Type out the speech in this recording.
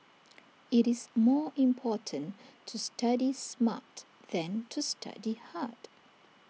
IT is more important to study smart than to study hard